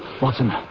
Watson